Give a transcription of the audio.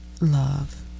love